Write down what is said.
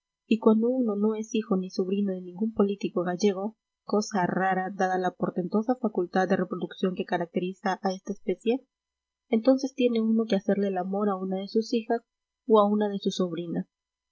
y cuando uno no es hijo ni sobrino de ningún político gallego cosa rara dada la portentosa facultad de reproducción que caracteriza a esta especie entonces tiene uno que hacerle el amor a una de sus hijas o a una de sus sobrinas